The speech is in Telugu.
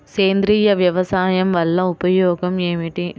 సేంద్రీయ వ్యవసాయం వల్ల ఉపయోగం ఏమిటి?